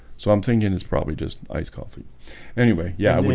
so i'm thinking it's probably just iced coffee anyway yeah,